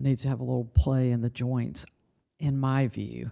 need to have a low play in the joints in my view